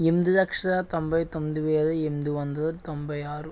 ఎనిమిది లక్షల తొంభై తొమ్మిది వేల ఎనిమిది వందల తొంభై ఆరు